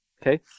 Okay